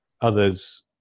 others